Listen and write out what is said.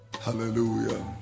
Hallelujah